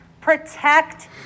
protect